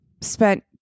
spent